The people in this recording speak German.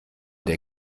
der